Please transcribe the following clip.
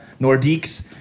Nordiques